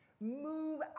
Move